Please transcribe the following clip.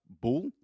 bull